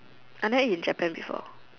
I never eat in Japan before